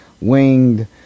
winged